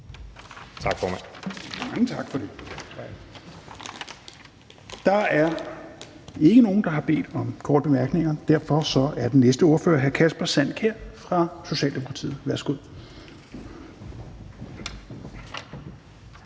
Petersen): Mange tak for det. Der er ikke nogen, der har bedt om korte bemærkninger. Den næste ordfører er hr. Kasper Sand Kjær fra Socialdemokratiet. Værsgo.